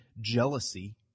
jealousy